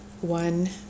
one